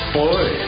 boy